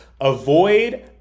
avoid